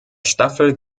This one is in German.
staffel